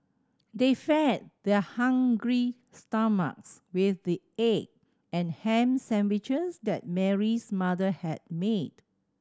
they fed their hungry stomachs with the egg and ham sandwiches that Mary's mother had made